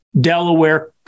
Delaware